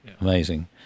Amazing